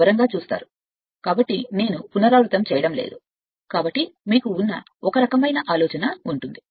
వివరంగా చూసారు కాబట్టి నేను పునరావృతం చేయటంలేదు కాబట్టి మీకు ఉన్న ఒక రకమైన ఆలోచన ఉంటుంది